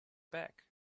back